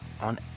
on